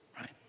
Right